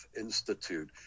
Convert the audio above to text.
Institute